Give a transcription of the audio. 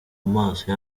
maso